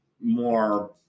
more